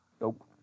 Nope